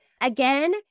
Again